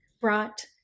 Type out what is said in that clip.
brought